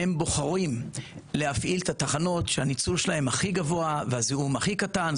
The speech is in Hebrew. הם בוחרים להפעיל את התחנות שהניצול שלהם הכי גבוה והזיהום הכי קטן.